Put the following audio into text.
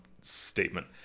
statement